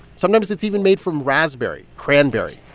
sometimes it's even made from raspberry, cranberry.